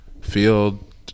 field